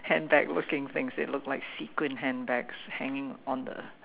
handbag looking things it looked like sequin handbags hanging on the